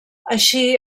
així